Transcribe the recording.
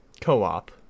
co-op